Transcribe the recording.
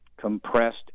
compressed